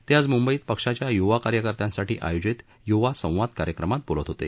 ते आज मुंबईत पक्षाच्या युवा कार्यकर्त्यांसाठी आयोजित युवा संवाद कार्यक्रमात बोलत होते